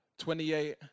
28